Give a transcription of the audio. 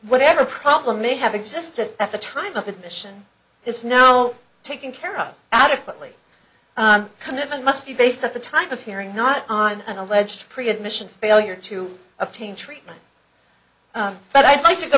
whatever problem may have existed at the time of admission is no taken care of adequately kind of and must be based at the time of hearing not on an alleged korea admission failure to obtain treatment but i'd like to go